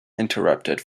interrupted